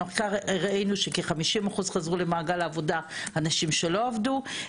ראינו במחקר שכ-50 אחוז חזרו למעגל העבודה אנשים שלא עבדו,